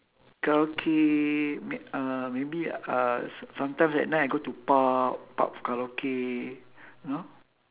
karaoke ma~ uh maybe uh so~ sometimes at night I go to pub pubs karaoke you know